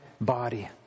body